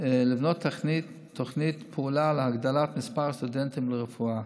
לבנות תוכנית פעולה להגדלת מספר הסטודנטים לרפואה.